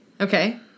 okay